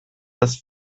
das